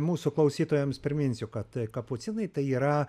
mūsų klausytojams priminsiu kad kapucinai tai yra